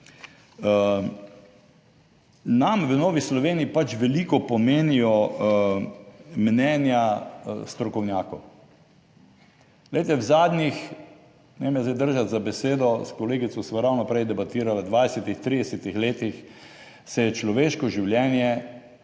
Nam v Novi Sloveniji pač veliko pomenijo mnenja strokovnjakov. Glejte, v zadnjih, ne me zdaj držati za besedo, s kolegico sva ravno prej debatirala, 20, 30 letih, se je človeško življenje